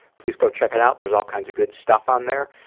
please go check it out. there's all kinds of good stuff on there.